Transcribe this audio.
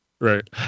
right